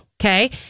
okay